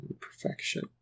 perfection